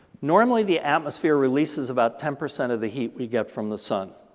normally the atmosphere releases about ten percent of the heat we get from the sun.